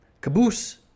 Caboose